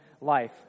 life